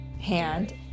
hand